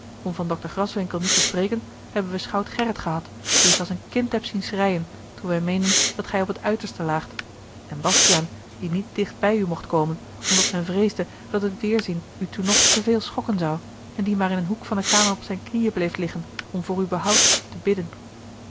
om van dokter graswinckel niet te spreken hebben we schout gerrit gehad dien ik als een kind heb zien schreien toen wij meenden dat gij op het uiterste laagt en bastiaan die niet dichtbij u mocht komen omdat men vreesde dat het weêrzien u toen nog te veel schokken zou en die maar in een hoek van de kamer op zijne knieën bleef liggen om voor uw behoud te bidden